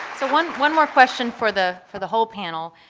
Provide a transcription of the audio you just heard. one one more question for the for the whole panel.